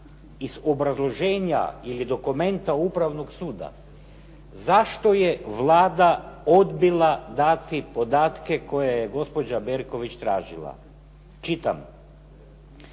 iz obrazloženja ili dokumenta Upravnog suda zašto je Vlada odbila dati podatke koje je gospođa Berković tražila. Čitam,